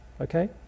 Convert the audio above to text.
okay